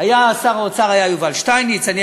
היה יובל שטייניץ שר האוצר,